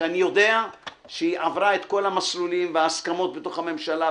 שאני יודע שהיא עברה את כל המסלולים וההסכמות בתוך הממשלה,